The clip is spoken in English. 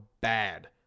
bad